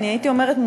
אני הייתי אומרת,